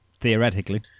theoretically